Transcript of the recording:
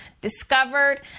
discovered